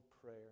prayer